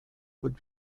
would